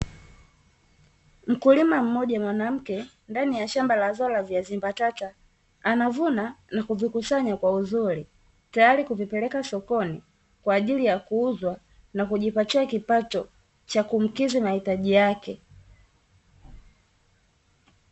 Mkulima mmoja mwanamke ndani ya shamba la zao la viazi mbatata, anavuna na kuvikusanya kwa uzuri, tayari kuvipeleka sokoni kwa ajili ya kuuzwa na kujipatia kipato cha kumkidhi mahitaji yake.